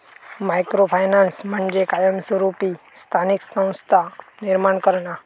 micro finance म्हणजे कायमस्वरूपी स्थानिक संस्था निर्माण करणा